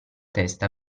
testa